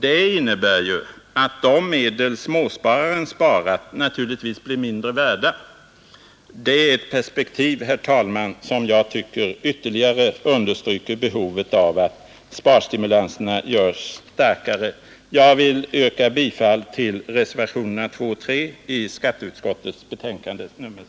Detta innebär naturligtvis att de medel småspararen sparat blir mindre värda. Det är ett perspektiv, herr talman, som jag tycker ytterligare understryker behovet av att sparstimulanserna görs starkare. Jag yrkar bifall till reservationerna 2 och 3 vid skatteutskottets betänkande nr 16.